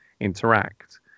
interact